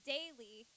daily